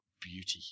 beauty